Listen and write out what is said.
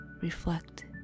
reflect